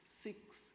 six